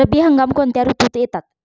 रब्बी हंगाम कोणत्या ऋतूत येतात?